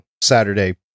Saturday